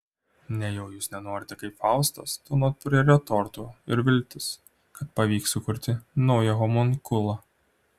nejau jūs nenorite kaip faustas tūnot prie retortų ir viltis kad pavyks sukurti naują homunkulą